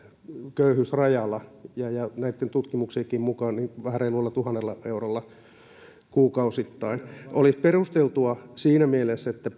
köyhyysrajalla ja ja näitten tutkimuksienkin mukaan vähän reilulla tuhannella eurolla kuukausittain olisi perusteltua siinä mielessä että